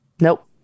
Nope